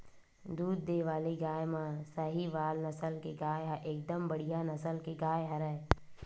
दूद देय वाले गाय म सहीवाल नसल के गाय ह एकदम बड़िहा नसल के गाय हरय